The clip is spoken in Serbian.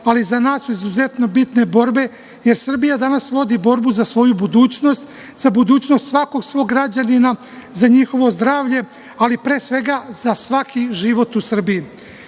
ali za nas izuzetno bitne borbe, jer Srbija danas vodi borbu za svoju budućnost, za budućnost svakog svog građanina, za njihovo zdravlje, ali pre svega za svaki život u Srbiji. Više